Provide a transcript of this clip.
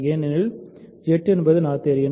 ஏனெனில் Z என்பது Noetherian